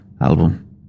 album